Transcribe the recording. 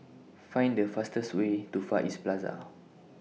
Find The fastest Way to Far East Plaza